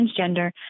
transgender